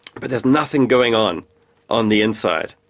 but there's nothing going on on the inside.